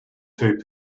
two